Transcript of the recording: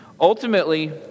Ultimately